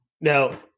Now